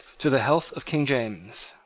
to the health of king james!